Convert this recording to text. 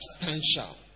Substantial